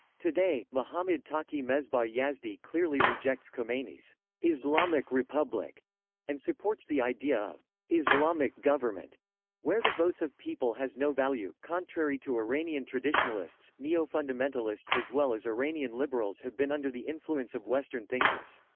today, mohammad taqi mesbah yazdi clearly rejects khomeini's islamic republic and supports the idea of islamic government where the votes of people has no value contrary to iranian traditionalists, neo-fundamentalists as well as iranian liberals have been under the influence of western thinkers.